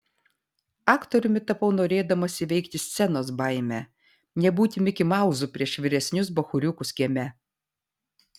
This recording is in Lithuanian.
aktoriumi tapau norėdamas įveikti scenos baimę nebūti mikimauzu prieš vyresnius bachūriukus kieme